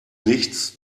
nichts